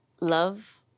love